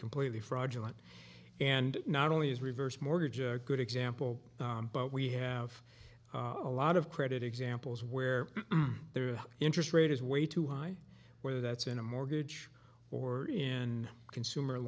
completely fraudulent and not only is reverse mortgage a good example but we have a lot of credit examples where the interest rate is way too high whether that's in a mortgage or in consumer